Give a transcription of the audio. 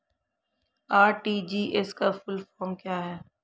RTGS का full form क्या है?